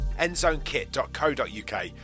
endzonekit.co.uk